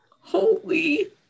Holy